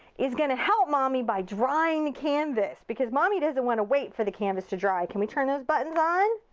is gonna help mommy by drying the canvas, because mommy doesn't want to wait for the canvas to dry. can we turn those buttons on?